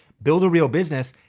build a real business.